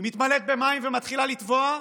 היא מתמלאת במים ומתחילה לטבוע,